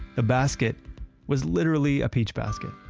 the basket was literally a peach basket.